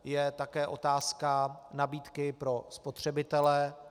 Je také otázka nabídky pro spotřebitele.